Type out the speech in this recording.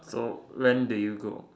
hello when did you go